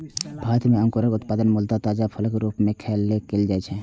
भारत मे अंगूरक उत्पादन मूलतः ताजा फलक रूप मे खाय लेल कैल जाइ छै